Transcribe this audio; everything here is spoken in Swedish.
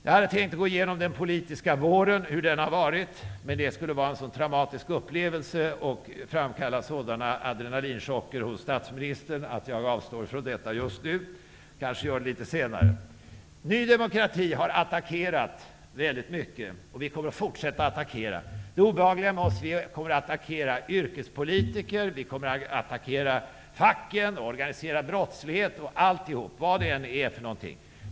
Jag hade tänkt att gå igenom hur den politiska våren har varit, men det skulle vara en så traumatisk upplevelse och framkalla sådana adrenalinchocker hos statsministern att jag avstår från det just nu. Jag kanske gör det litet senare. Ny demokrati har attackerat mycket. Vi kommer att fortsätta attackera. Det obehagliga med oss är att vi kommer att attackera yrkespolitiker, facken, organiserad brottslighet -- alltihop, vad det än är.